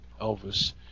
Elvis